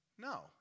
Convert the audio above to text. No